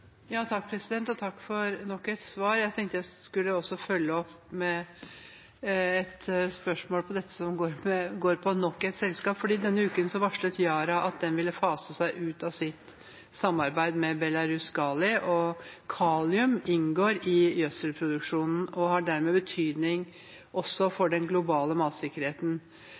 Takk for nok et svar. Jeg tenkte jeg skulle følge opp med et spørsmål som går på nok et selskap, for denne uken varslet Yara at de ville fase ut sitt samarbeid med Belaruskali. Kalium inngår i gjødselproduksjonen og har dermed betydning også for den globale matsikkerheten.